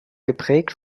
geprägt